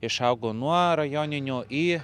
išaugo nuo rajoninio į